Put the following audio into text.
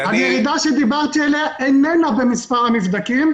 הירידה שדיברתי עליה איננה במספר הנבדקים.